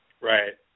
Right